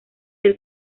del